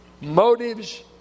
motives